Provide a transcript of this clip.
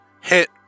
hit